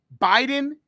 Biden